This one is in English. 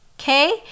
okay